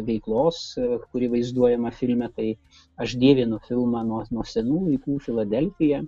veiklos kuri vaizduojama filme tai aš dievinu filmą nuo nuo senų laikų filadelfija